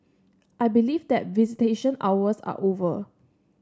I believe that visitation hours are over